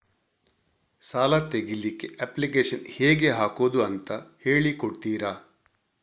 ಸಾಲ ತೆಗಿಲಿಕ್ಕೆ ಅಪ್ಲಿಕೇಶನ್ ಹೇಗೆ ಹಾಕುದು ಅಂತ ಹೇಳಿಕೊಡ್ತೀರಾ?